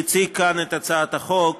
שהציג כאן את הצעת החוק,